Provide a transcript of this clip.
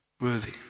worthy